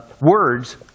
words